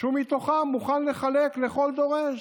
שמתוכה הוא מוכן לחלק לכל דורש.